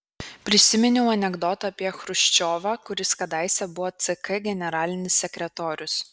prisiminiau anekdotą apie chruščiovą kuris kadaise buvo ck generalinis sekretorius